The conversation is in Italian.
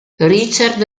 richard